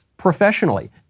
Professionally